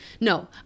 No